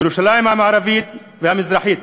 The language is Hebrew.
ירושלים המערבית והמזרחית,